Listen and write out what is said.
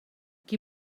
qui